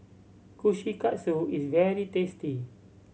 Kushikatsu is very tasty